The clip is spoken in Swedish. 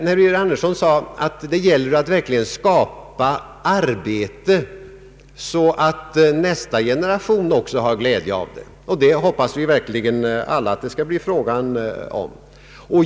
Herr Birger Andersson sade att det verkligen gäller att skapa arbete så att nästa generation också har glädje av det. Det hoppas vi alla.